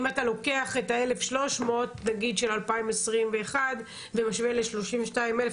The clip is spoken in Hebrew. אם אתה לוקח את ה-1,300 נגיד של 2021 ומשווה ל-32,000.